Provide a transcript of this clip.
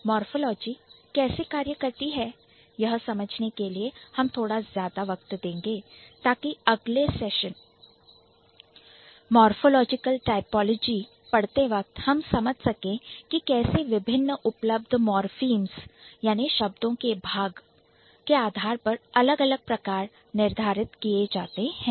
Morphology morphology कैसे कार्य करती है यह समझने के लिए हम थोड़ा ज्यादा वक्त देंगे ताकि अगले session Morphological Typology morphological typology पढ़ते वक्त हम समझ सके कि कैसे विभिन्न उपलब्ध Morphenes शब्द का भाग के आधार पर अलग अलग प्रकार निर्धारित किए जाते हैं